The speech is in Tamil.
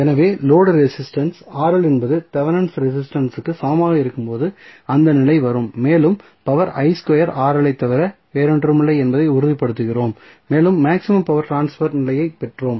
எனவே லோடு ரெசிஸ்டன்ஸ் என்பது தெவெனின் ரெசிஸ்டன்ஸ் இற்கு சமமாக இருக்கும்போது அந்த நிலை வரும் மேலும் பவர் ஐத் தவிர வேறொன்றுமில்லை என்பதை உறுதிப்படுத்துகிறோம் மேலும் மேக்ஸிமம் பவர் ட்ரான்ஸ்பர் நிலையை பெற்றோம்